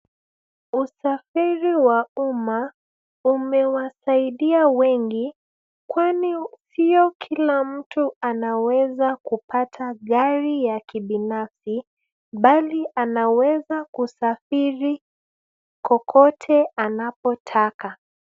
Usafiri wa umma umewasaidia watu wengi kwani sio kila mtu anaweza kupata gari ya kibinafsi bali anaweza kusafiri kokote anapotaka.